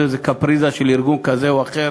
עוד איזה קפריזה של ארגון כזה או אחר.